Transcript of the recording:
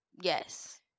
Yes